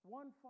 one